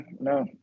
no